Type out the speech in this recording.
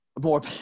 more